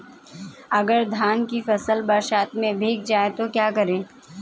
अगर धान की फसल बरसात में भीग जाए तो क्या करें?